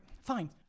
Fine